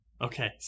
Okay